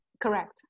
Correct